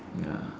ya